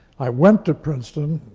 i went to princeton